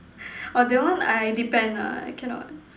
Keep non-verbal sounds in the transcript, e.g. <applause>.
<breath> orh that one I depend lah I cannot